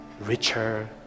richer